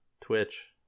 Twitch